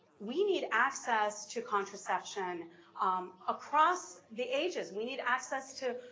we need access to contraception um across the ages. we need access to